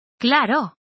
Claro